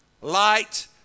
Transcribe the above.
Light